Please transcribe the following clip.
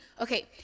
Okay